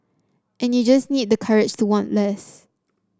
and you just need the courage to want less